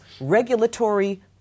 regulatory